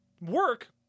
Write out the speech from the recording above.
work